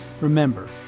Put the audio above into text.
Remember